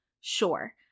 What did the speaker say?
Sure